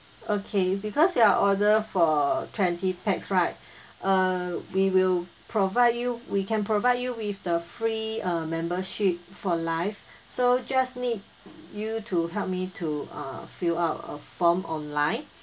okay because your order for twenty pax right uh we will provide you we can provide you with the free uh membership for life so just need you to help me to uh fill out a form online